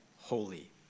holy